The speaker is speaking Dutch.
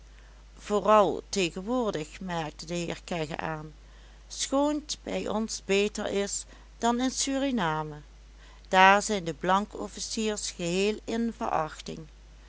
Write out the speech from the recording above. vooral tegenwoordig merkte de heer kegge aan schoon't bij ons beter is dan in suriname daar zijn de blankofficiers geheel in verachting